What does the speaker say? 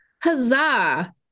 huzzah